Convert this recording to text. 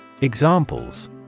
Examples